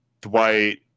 Dwight